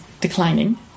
declining